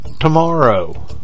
tomorrow